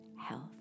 health